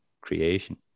creation